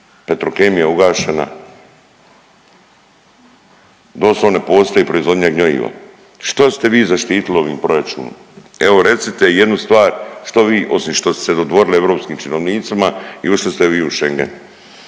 Petrokemija ugašena, doslovno ne postoji proizvodnja gnjoiva. Što ste vi zaštitili ovim proračunom? Evo recite jednu stvar što vi osim što ste se dodvorili europskim činovnicima i ušli ste vi u Schengen